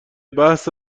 بحث